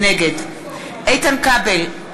נגד איתן כבל,